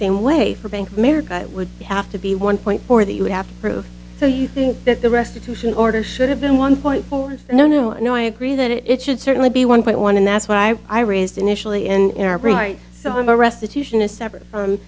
same way for bank of america it would have to be one point four that you would have to prove so you think that the restitution order should have been one point four no no no i agree that it should certainly be one point one and that's why i raised initially and in our bright summer restitution is separate from